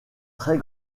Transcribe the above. très